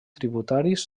tributaris